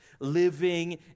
living